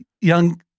young